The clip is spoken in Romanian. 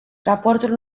raportul